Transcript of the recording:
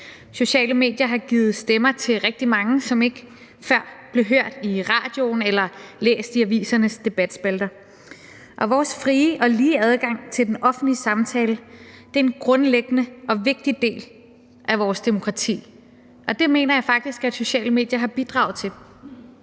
Sociale medier har givet stemmer til rigtig mange, som ikke før blev hørt i radioen eller læst i avisernes debatspalter. Og vores frie og lige adgang til den offentlige samtale er en grundlæggende og vigtig del af vores demokrati, og det mener jeg faktisk at sociale medier har bidraget til.